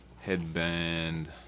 Headband